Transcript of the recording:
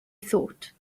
thought